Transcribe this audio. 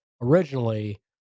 originally